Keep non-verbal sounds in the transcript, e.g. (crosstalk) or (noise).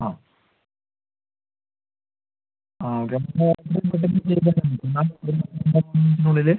ആ ആ ഓക്കെ നാലഞ്ച് കൊല്ലം വരുമ്പം എല്ലം നാല് കൊല്ലം (unintelligible) ഉള്ളില്